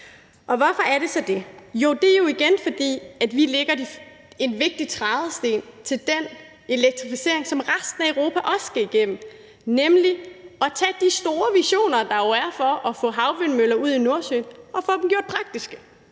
Og hvorfor er det så det? Jo, det er jo igen, fordi vi lægger en vigtig trædesten til den elektrificering, som resten af Europa også skal igennem, nemlig at tage de store visioner, der jo er for at få havvindmøller ud i Nordsøen, og få dem gjort praktiske.